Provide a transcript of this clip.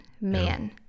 man